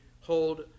hold